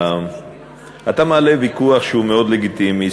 אתה מעלה ויכוח שהוא מאוד לגיטימי,